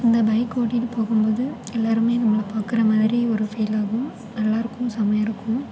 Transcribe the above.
அந்த பைக் ஓட்டிகிட்டு போகும்போது எல்லாருமே நம்மளை பார்க்குற மாதிரி ஒரு ஃபீல் ஆகும் எல்லாருக்கும் செமையாக இருக்கும்